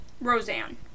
Roseanne